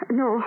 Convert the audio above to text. no